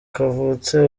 kavutse